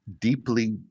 Deeply